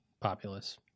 populace